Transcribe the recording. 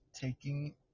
taking